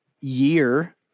year